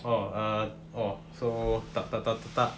orh err orh so taktaktaktak